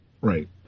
Right